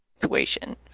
situation